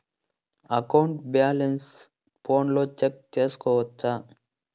account balance ఫోనులో check సేసుకోవచ్చా